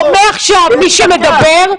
מעכשיו מי שמדבר,